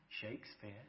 Shakespeare